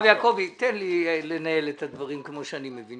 הרב יעקבי, תן לי לנהל את הדברים כמו שאני מבין.